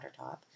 countertop